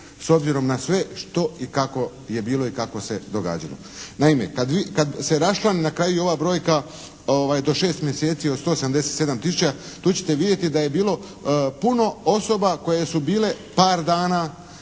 s obzirom na sve što i kako je bilo i kako se događalo. Naime, kad se raščlani na kraju i ova brojka do 6 mjeseci od 177 000 tu ćete vidjeti da je bilo puno osoba koje su bile par dana,